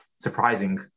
surprising